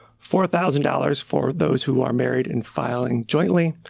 four thousand dollars for those who are married and filing jointly.